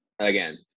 Again